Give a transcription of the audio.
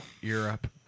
Europe